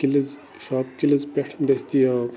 کِلِز shop کِلِز پٮ۪ٹھ دٔستِیاب